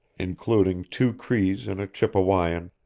including two crees and a chippewayan,